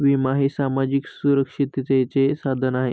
विमा हे सामाजिक सुरक्षिततेचे साधन आहे